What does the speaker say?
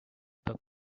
pub